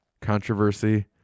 controversy